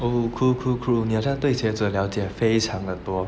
oh cool cool cool 你好像对鞋子了解得非常的多